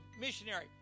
missionary